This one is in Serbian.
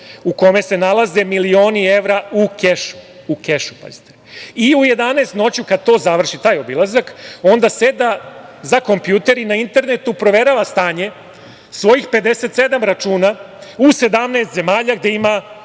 u kome se nalaze milioni evra u kešu, pazite, "u kešu". I u 11 noću, kad to završi, taj obilazak, onda seda za kompjuter i na internetu proverava stanje svojih 57 računa u 17 zemalja gde ima